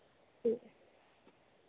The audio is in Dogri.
ठीक